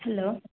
hello